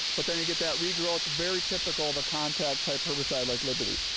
but then you get that regrowth, very typical of a contact type herbicide like liberty.